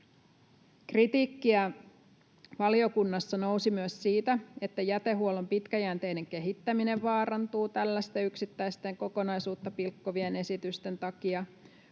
Kritiikkiä valiokunnassa nousi myös siitä, että jätehuollon pitkäjänteinen kehittäminen vaarantuu tällaisten yksittäisten, kokonaisuutta pilkkovien esitysten takia.